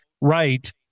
right